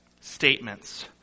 statements